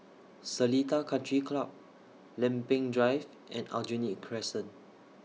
Seletar Country Club Lempeng Drive and Aljunied Crescent